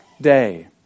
day